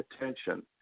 attention